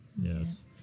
Yes